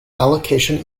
allocation